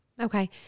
Okay